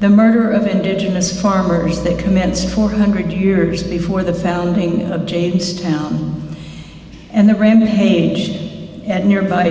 the murder of indigenous farmers that commenced four hundred years before the founding of jade's town and the rampage at nearby